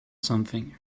something